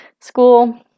school